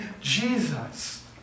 Jesus